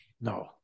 No